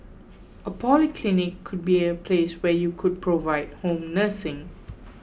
a polyclinic could be a place where you could provide home nursing